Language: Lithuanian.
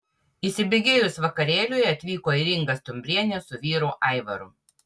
įsibėgėjus vakarėliui atvyko ir inga stumbrienė su vyru aivaru